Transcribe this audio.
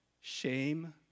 shame